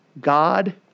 God